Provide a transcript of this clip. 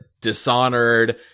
Dishonored